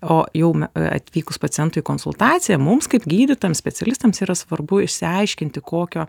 o jau atvykus pacientui į konsultaciją mums kaip gydytojams specialistams yra svarbu išsiaiškinti kokio